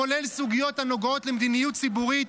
כולל סוגיות הנוגעות למדיניות ציבורית,